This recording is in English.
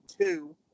two